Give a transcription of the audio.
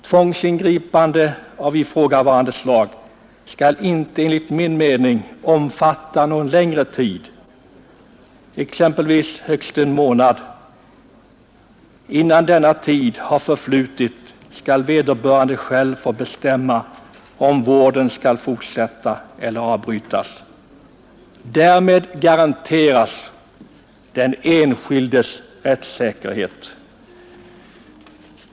Tvångsingripande av ifrågavarande slag skall inte enligt min mening omfatta någon längre tid utan exempelvis högst en månad. Innan denna tid har förflutit, skall vederbörande själv få bestämma, om vården skall fortsätta eller avbrytas. Därmed garanteras den enskildes rättssäkerhet.